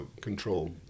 control